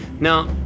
Now